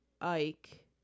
Ike